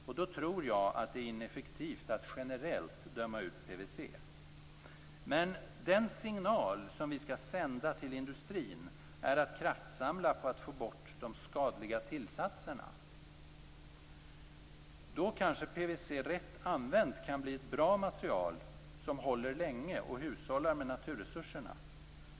Därför tror jag att det är ineffektivt att generellt döma ut PVC. Men den signal som vi skall sända till industrin är att man skall kraftsamla för att få bort de skadliga tillsatserna. Då kanske PVC rätt använt kan bli ett bra material som håller länge och bidrar till att man hushållar med naturresurserna.